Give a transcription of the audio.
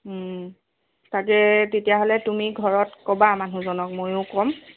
তাকে তেতিয়াহ'লে তুমি ঘৰত ক'বা মানুহজনক ময়ো কম